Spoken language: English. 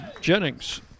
Jennings